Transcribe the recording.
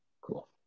Cool